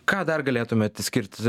ką dar galėtumėt išskirti